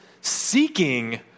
seeking